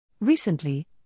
Recently